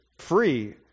free